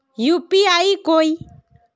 UPI कोई